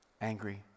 angry